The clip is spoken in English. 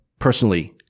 personally